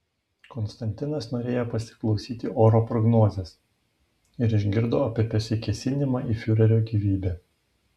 konstantinas norėjo pasiklausyti oro prognozės ir išgirdo apie pasikėsinimą į fiurerio gyvybę